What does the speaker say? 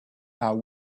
are